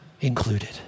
included